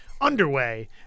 underway